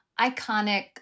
iconic